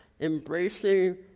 embracing